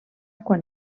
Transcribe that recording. quan